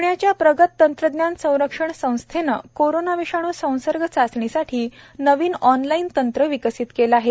प्ण्याच्या प्रगत तंत्रज्ञान संरक्षण संस्थेने कोरोना विषाणू संसर्ग चाचणीसाठी नवीन ऑनलाईन तंत्र विकसित केलं आहे